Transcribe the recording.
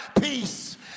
peace